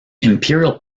imperial